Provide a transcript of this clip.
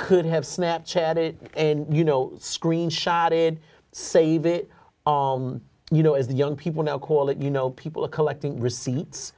could have snap chat it and you know screenshot it save it or you know as the young people now call it you know people are collecting receipts